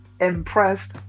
impressed